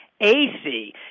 AC